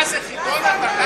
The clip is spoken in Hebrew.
מה זה, חידון התנ"ך?